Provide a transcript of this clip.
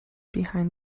behind